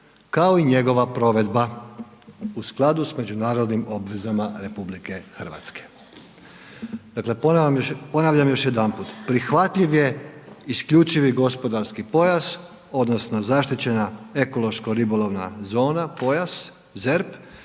kao i njegova provedba u skladu sa međunarodnim obvezama RH. Dakle ponavljam još jedanput, prihvatljiv je isključivi gospodarski pojas, odnosno zaštićena ekološko ribolovna zona, pojas, ZERP